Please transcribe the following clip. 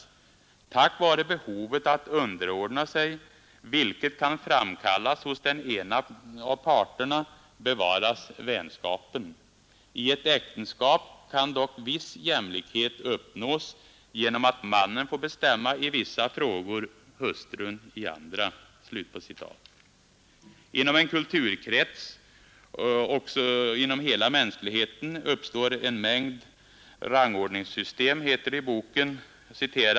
Tack vare behovet att underordna sig, vilket kan framkallas hos den ena av parterna, bevaras vänskapen. I ett äktenskap kan dock viss jämlikhet uppnås genom att mannen får bestämma i vissa frågor, hustrun i andra.” Inom en kulturkrets och också inom hela mänskligheten uppstår en mängd rangordningssystem, heter det i boken.